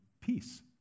peace